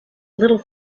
little